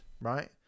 right